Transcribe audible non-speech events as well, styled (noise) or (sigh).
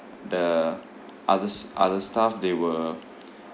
the others other staff they were (noise)